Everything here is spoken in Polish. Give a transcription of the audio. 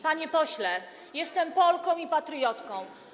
Panie pośle, jestem Polką i patriotką.